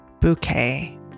bouquet